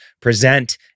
present